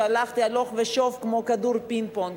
והלכתי הלוך ושוב כמו כדור פינג-פונג.